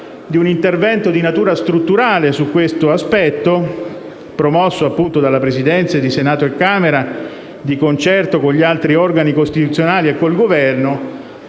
di un intervento di natura strutturale su questo aspetto, promosso appunto dalle Presidenze di Senato e Camera di concerto con gli altri organi costituzionali e con il Governo,